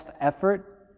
effort